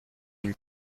une